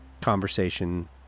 conversation